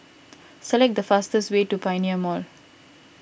select the fastest way to Pioneer Mall